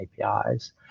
APIs